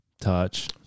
touch